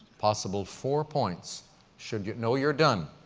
possible four points should you no, you're done.